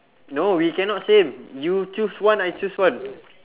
no we cannot same you choose one I choose one